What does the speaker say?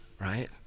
right